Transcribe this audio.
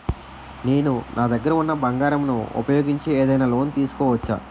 నేను నా దగ్గర ఉన్న బంగారం ను ఉపయోగించి ఏదైనా లోన్ తీసుకోవచ్చా?